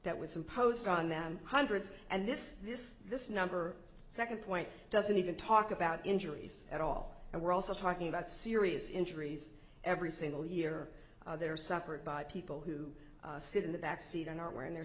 that was imposed on them hundreds and this this this number second point doesn't even talk about injuries at all and we're also talking about serious injuries every single year they're suffered by people who sit in the back seat and aren't wearing the